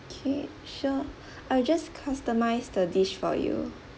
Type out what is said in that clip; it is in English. okay sure I just customize the dish for you